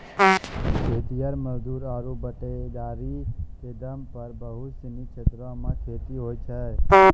खेतिहर मजदूर आरु बटाईदारो क दम पर बहुत सिनी क्षेत्रो मे खेती होय छै